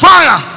Fire